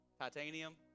titanium